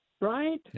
right